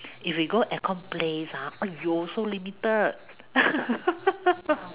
if we go air-con place ah !aiyo! so limited